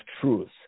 truth